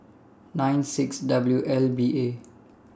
nine six W L B A